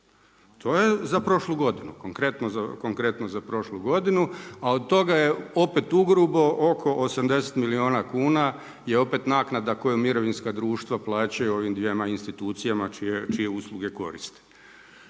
To je za prošlu godinu, konkretno za prošlu godinu, a od toga je opet u grubo oko 80 milijuna kuna je opet naknada koju mirovinska društva plaćaju ovim dvjema institucijama čije usluge koriste.